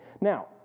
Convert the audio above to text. Now